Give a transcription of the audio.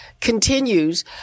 continues